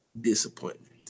disappointment